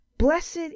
Blessed